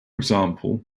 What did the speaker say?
example